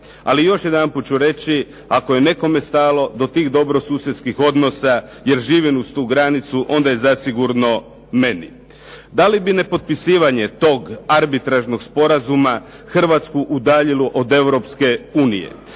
Ali još jedanput ću reći, ako je nekome stalo do tih dobrosusjedskih odnosa jer vidim uz tu granicu onda je zasigurno meni. Da li bi nepotpisivanje tog arbitražnog sporazuma Hrvatsku udaljilo od Europske unije?